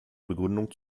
begründung